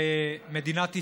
שבמדינת ישראל,